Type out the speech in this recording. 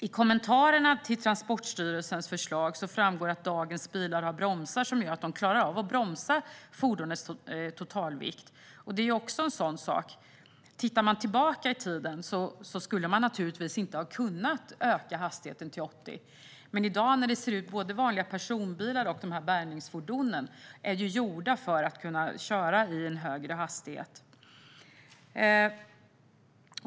I kommentarerna till Transportstyrelsens förslag framgår det att dagens bilar har bromsar som gör att de klarar av att bromsa fordonets totalvikt. Det är också en sådan sak. Man kan titta tillbaka i tiden. Man skulle naturligtvis inte ha kunnat öka hastigheten till 80 kilometer i timmen då. Men i dag är både vanliga personbilar och bärgningsfordon gjorda för att kunna köras i en högre hastighet.